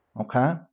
Okay